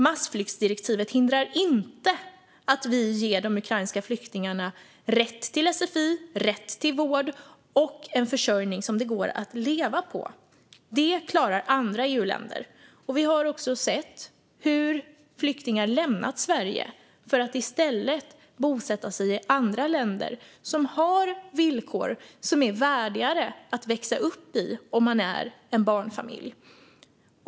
Massflyktsdirektivet hindrar inte att vi ger de ukrainska flyktingarna rätt till sfi, rätt till vård och en försörjning som det går att leva på. Det klarar andra EU-länder. Vi har också sett hur flyktingar lämnat Sverige för att i stället bosätta sig i andra länder som har villkor som är värdigare att växa upp under om man är en barnfamilj.